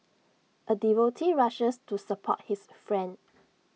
A devotee rushes to support his friend